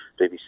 BBC